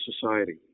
society